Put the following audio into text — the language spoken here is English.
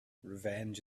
revenge